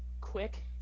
quick